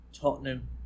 Tottenham